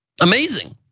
amazing